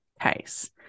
case